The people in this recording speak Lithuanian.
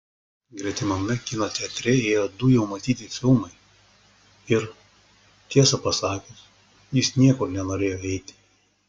gretimame kino teatre ėjo du jau matyti filmai ir tiesą pasakius jis niekur nenorėjo eiti